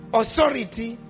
authority